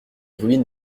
ruines